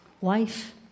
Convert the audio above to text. Wife